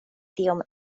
tiom